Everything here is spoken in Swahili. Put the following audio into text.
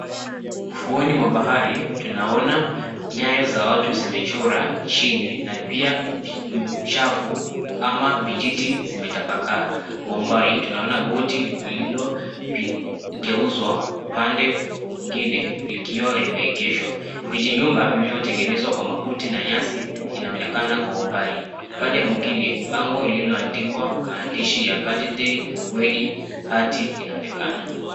Ufuoni mwa bahari tunaona nyayo za watu zimechora chini na pia uchafu ama vijiti zimetapakaa. Kwa umbali tunaona boti lililogeuzwa upande mwingine likiwa limeegeshwa, vijinyumba vilivyotengenezwa kwa makuti na nyasi inaonekana kwa umbali, upande mwingine kuna bango lililoandikwa maandishi ya, Birthday Wedding Party inaonekana.